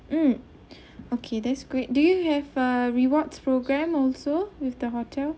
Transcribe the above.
mm okay that's great do you have a rewards programme also with the hotel